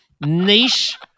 niche